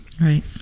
Right